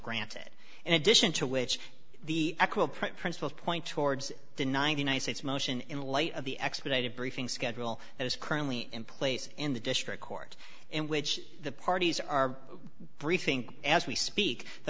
granted in addition to which the equal principles point towards the ninety nine states motion in light of the expedited briefing schedule that is currently in place in the district court in which the parties are free think as we speak the